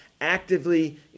actively